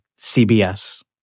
CBS